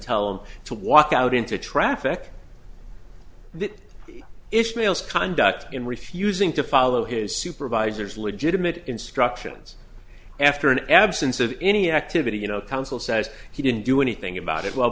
tell him to walk out into traffic that ishmael's conduct in refusing to follow his supervisors legitimate instructions after an absence of any activity you know council says he didn't do anything about it well